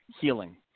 healing